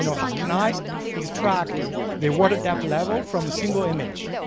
you know how can i extract the water depth level from a single image?